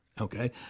Okay